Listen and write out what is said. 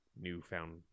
newfound